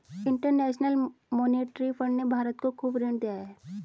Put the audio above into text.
international monetary fund ने भारत को खूब ऋण दिया है